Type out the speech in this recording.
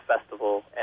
festival